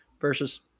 versus